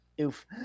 Oof